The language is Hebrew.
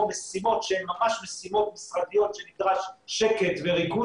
משימות שהן ממש משימות משרדיות שנדרשים בהן שקט וריכוז